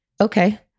Okay